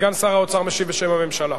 סגן שר האוצר משיב בשם הממשלה.